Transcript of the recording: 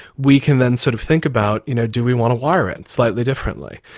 we can then sort of think about, you know, do we want to wire it slightly differently.